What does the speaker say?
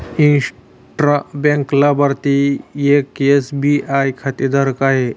intra bank लाभार्थी एक SBI खातेधारक आहे